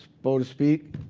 so to speak,